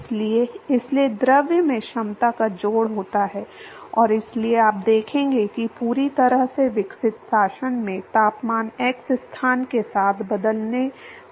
इसलिए इसलिए द्रव में क्षमता का जोड़ होता है और इसलिए आप देखेंगे कि पूरी तरह से विकसित शासन में तापमान x स्थान के साथ बदलने वाला है